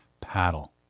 paddle